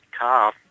car